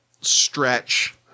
stretch